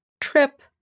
trip